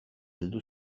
heldu